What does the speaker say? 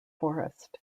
forest